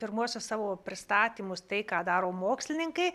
pirmuosius savo pristatymus tai ką daro mokslininkai